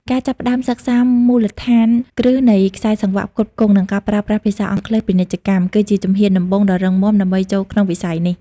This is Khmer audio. ការចាប់ផ្តើមសិក្សាមូលដ្ឋានគ្រឹះនៃខ្សែសង្វាក់ផ្គត់ផ្គង់ និងការប្រើប្រាស់ភាសាអង់គ្លេសពាណិជ្ជកម្ម គឺជាជំហានដំបូងដ៏រឹងមាំដើម្បីចូលក្នុងវិស័យនេះ។